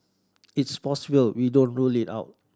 it's possible we don't rule it out